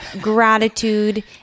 gratitude